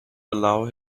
allow